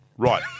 Right